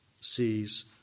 sees